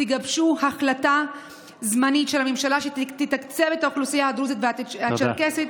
תגבשו החלטה זמנית של הממשלה שתתקצב את האוכלוסייה הדרוזית והצ'רקסית,